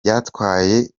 byatwaye